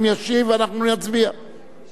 אני,